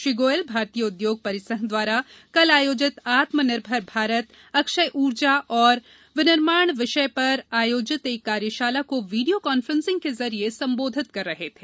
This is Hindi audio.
श्री गोयल भारतीय उद्योग परिसंघ द्वारा कल आयोजित आत्मनिर्भर भारत अक्षय ऊर्जा और बिनिर्माण विषय पर आयोजित एक कार्यशाला को वीडियो कॉन्फ्रेसिंग के जरिए संबोधित कर रहे थे